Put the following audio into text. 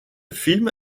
film